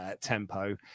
Tempo